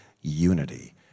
unity